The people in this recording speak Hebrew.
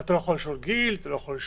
אתה לא יכול לשאול גיל וכדומה.